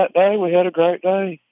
that day, we had a great day.